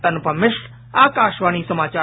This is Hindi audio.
अनुपम मिश्र आकशवाणी समाचार